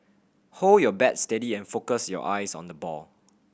hold your bat steady and focus your eyes on the ball